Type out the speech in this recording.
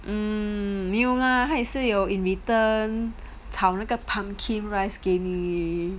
um 没有啦他也是有 in return 炒那个 pumpkin rice 给你